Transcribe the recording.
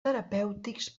terapèutics